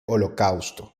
holocausto